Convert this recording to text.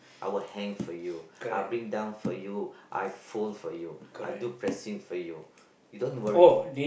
I will hang for you I will bring down for you I'll fold for you I'll do pressing for you you don't worry